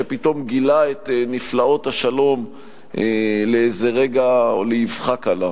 שפתאום גילה את נפלאות השלום לאיזה רגע או לאבחה קלה.